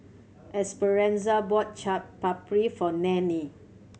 Esperanza bought Chaat Papri for Nannie